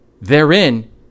Therein